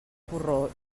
porró